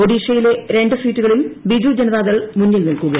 ഒഡിഷയിലെ രണ്ടു സീറ്റുകളിൽ ബിജു ജനതാദൾ മുന്നിൽ നിൽക്കുന്നു